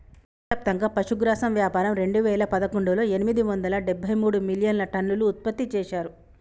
ప్రపంచవ్యాప్తంగా పశుగ్రాసం వ్యాపారం రెండువేల పదకొండులో ఎనిమిది వందల డెబ్బై మూడు మిలియన్టన్నులు ఉత్పత్తి చేశారు